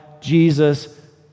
Jesus